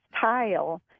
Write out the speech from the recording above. tile